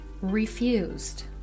refused